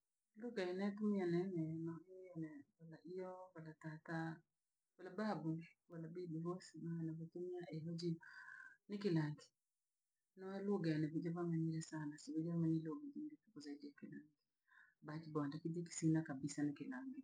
Lugha eneyookumia ne neno iyone ila iyokonatakaa wala babu wala bibi voksi wanavotumia elojimu, ni kilangi noo lugha enye vijiva vinyiri sana subiria wanyiro ovijimbi zaidi ba kibonde kibikisina kabisa ne kilaangi.